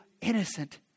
innocent